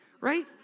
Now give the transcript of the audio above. right